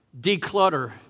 declutter